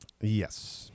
Yes